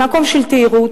למקום של תיירות,